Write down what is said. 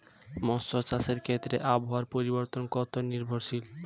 মৎস্য চাষের ক্ষেত্রে আবহাওয়া পরিবর্তন কত নির্ভরশীল?